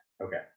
Okay